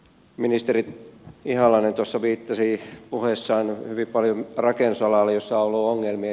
ministeri ihalainen tuossa viittasi puheessaan hyvin paljon rakennusalalle jossa on ollut ongelmia